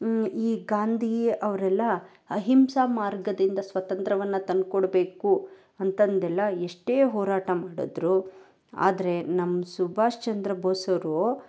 ಈ ಗಾಂಧಿ ಅವ್ರೆಲ್ಲ ಅಹಿಂಸಾ ಮಾರ್ಗದಿಂದ ಸ್ವತಂತ್ರವನ್ನು ತಂದುಕೊಡ್ಬೇಕು ಅಂತಂದೆಲ್ಲ ಎಷ್ಟೇ ಹೋರಾಟ ಮಾಡಿದ್ರು ಆದರೆ ನಮ್ಮ ಸುಭಾಷ್ ಚಂದ್ರ ಬೋಸ್ ಅವರು